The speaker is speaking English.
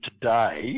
today